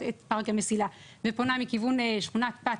את פארק המסילה ופונה מכיוון שכונת פארק,